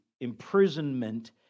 imprisonment